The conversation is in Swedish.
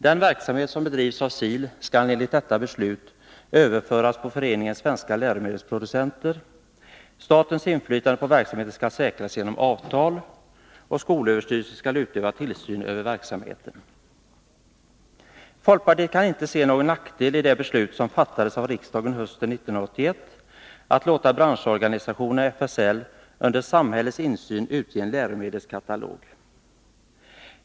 Den verksamhet som bedrivs av SIL skall enligt detta beslut överföras på Föreningen Svenska läromedelsproducenter. Statens inflytande på verksamheten skall säkras genom avtal. Skolöverstyrelsen skall utöva tillsyn över verksamheten. Vi i folkpartiet kan inte se någon nackdel i det beslut som fattades av riksdagen hösten 1981 och som går ut på att låta branschorganisationen FSL under samhällets insyn utge en läromedelskatalog.